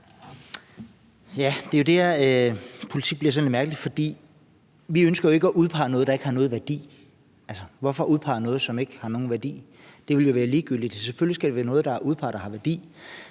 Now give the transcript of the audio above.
Det er der, politik bliver sådan lidt mærkeligt, for vi ønsker jo ikke at udpege noget, der ikke har nogen værdi. Hvorfor skulle man udpege noget, som ikke har nogen værdi? Det ville jo være ligegyldigt. Selvfølgelig skal det, der bliver udpeget, være noget, der har værdi.